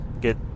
get